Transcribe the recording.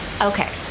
Okay